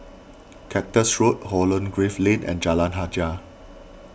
Cactus Road Holland Grove Lane and Jalan Hajijah